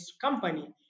company